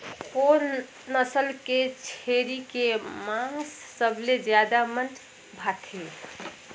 कोन नस्ल के छेरी के मांस सबले ज्यादा मन भाथे?